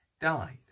died